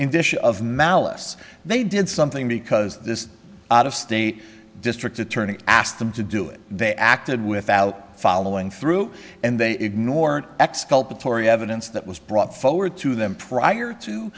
in dish of malice they did something because this out of state district attorney asked them to do it they acted without following through and they ignore exculpatory evidence that was brought forward to them prior to